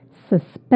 suspect